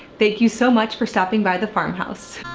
thank you so much for stopping by the farmhouse.